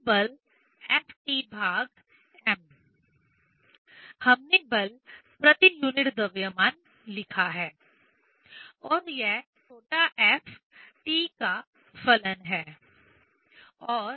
मूल बल Fm हमने बल प्रति यूनिट द्रव्यमान लिखा है और यह छोटा f t का फलन है